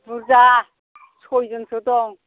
बुरजा सयजनसो दं